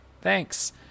thanks